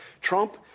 Trump